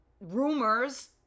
rumors